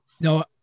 no